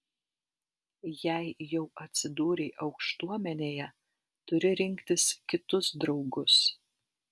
jei jau atsidūrei aukštuomenėje turi rinktis kitus draugus